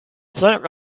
zeug